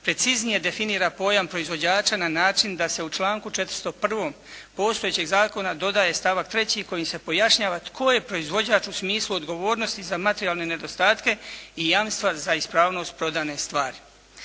preciznije definira pojam proizvođača na način da se u članku 401. postojećeg zakona dodaje stavak 3. kojim se pojašnjava tko je proizvođač u smislu odgovornosti za materijalne nedostatke i jamstva za ispravnost prodane stvari.